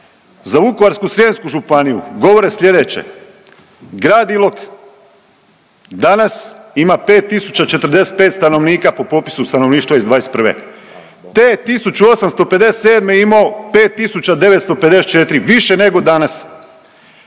Za Vukovarsko-srijemsku županiju govore slijedeće. Grad Ilok, danas ima 5.045 stanovnika po popisu stanovništva iz '21. Te 1857. je imao 5.954, više nego danas.